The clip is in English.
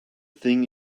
thing